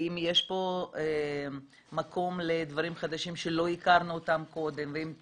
האם יש מקום לדברים חדשים שלא הכרנו אותם קודם ואם כן,